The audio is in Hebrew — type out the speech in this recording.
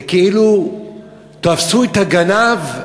זה כאילו תפסו את הגנב,